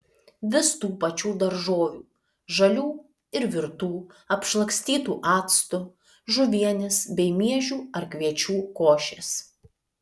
vis tų pačių daržovių žalių ir virtų apšlakstytų actu žuvienės bei miežių ar kviečių košės